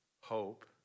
hope